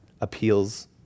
appeals